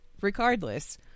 regardless